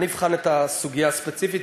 אני אבחן את הסוגיה הספציפית,